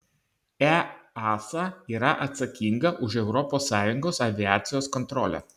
easa yra atsakinga už europos sąjungos aviacijos kontrolę